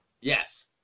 Yes